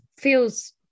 feels